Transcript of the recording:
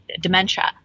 dementia